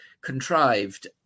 contrived